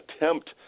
attempt